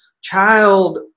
child